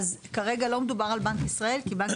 כרגע לא מדובר על בנק ישראל כי בנק